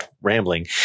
rambling